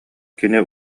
кини